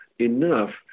enough